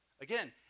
Again